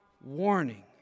warning